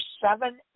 seven